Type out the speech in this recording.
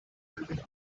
buildings